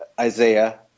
Isaiah